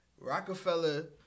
Rockefeller